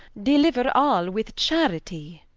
deliuer all with charity